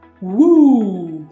Woo